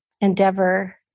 endeavor